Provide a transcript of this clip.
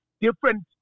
Different